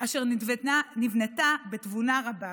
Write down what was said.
אשר נבנתה בתבונה רבה,